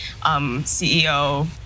CEO